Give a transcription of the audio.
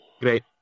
Great